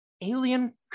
alien